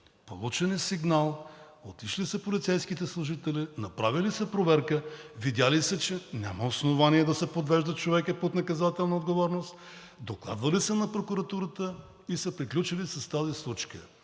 получен е сигнал, отишли са полицейските служители, направили са проверка, видели са, че няма основание да се подвежда човекът под наказателна отговорност, докладвали са на прокуратурата и са приключили с тази случка.